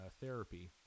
therapy